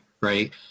right